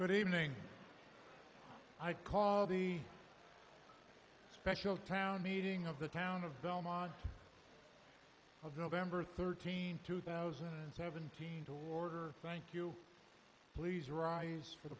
good evening i call the special town meeting of the town of belmont of nov thirteenth two thousand and seventeen to order thank you please arise for the